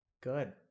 Good